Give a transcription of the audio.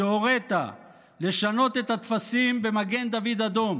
שהורית לשנות את הטפסים במגן דוד אדום